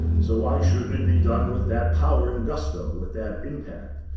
so why shouldn't it be done with that power and gusto, with that impact?